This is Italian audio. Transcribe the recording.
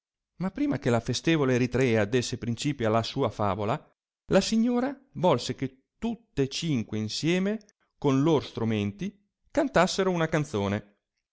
ma prima che la festevole eritrea desse principio alla sua favola la signora volse che tutte cinque insieme con lor stromenti cantassero una canzone